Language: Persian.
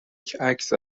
عکس